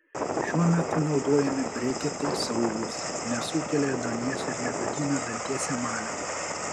šiuo metu naudojami breketai saugūs nesukelia ėduonies ir negadina danties emalio